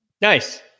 nice